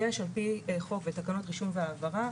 יש על פי חוק ותקנות רישום והעברה.